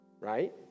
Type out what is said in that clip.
Right